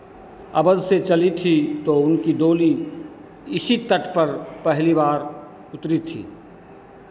अवध से चली थी तो उनकी डोली इसी तट पर पहली बार उतरी थी